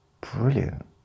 brilliant